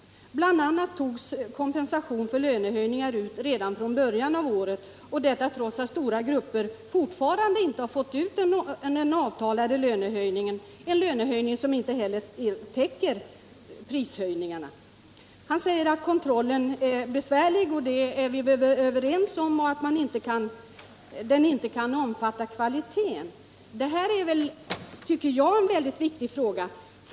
Bl. a. togs kompensation för lönehöjningar ut redan från början av året, trots att stora grupper fortfarande inte fått ut den avtalade lönehöjningen, en lönehöjning som f.ö. inte täcker prishöjningarna. Handelsministern säger att kontrollen är besvärlig, och det är vi väl överens om. Vidare säger han att kontrollen inte kan omfatta kvaliteten, och det tycker jag är en väldigt viktig fråga.